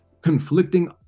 conflicting